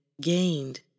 gained